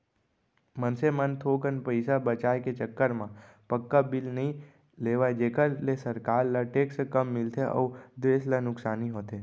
मनसे मन थोकन पइसा बचाय के चक्कर म पक्का बिल नइ लेवय जेखर ले सरकार ल टेक्स कम मिलथे अउ देस ल नुकसानी होथे